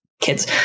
kids